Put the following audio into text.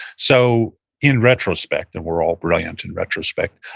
so in retrospect, and we're all brilliant in retrospect,